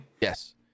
Yes